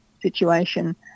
situation